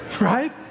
right